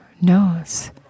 knows